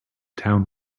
town